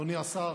אדוני השר,